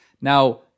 Now